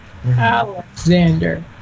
Alexander